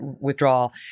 withdrawal